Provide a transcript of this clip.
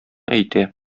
әйтә